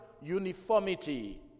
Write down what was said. uniformity